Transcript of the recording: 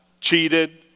cheated